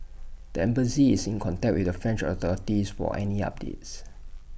the embassy is in contact with the French authorities for any updates